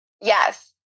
Yes